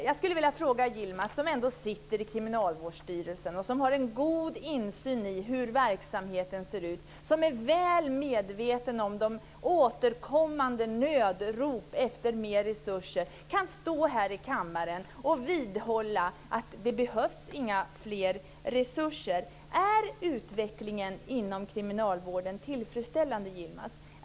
Jag skulle vilja fråga hur Yilmaz - som ändå sitter i Kriminalvårdsstyrelsen, som har god insyn i hur verksamheten ser ut och som är väl medveten om de återkommande nödropen efter mer resurser - kan stå här i kammaren och vidhålla att det inte behövs några fler resurser. Är utvecklingen inom kriminalvården tillfredsställande, Yilmaz?